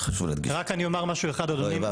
אדוני, אני אומר רק משהו אחד אחרון.